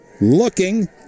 looking